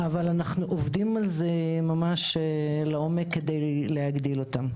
אבל אנחנו עובדים לעומק על להגדיל אותם.